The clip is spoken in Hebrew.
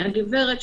הגברת,